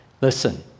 Listen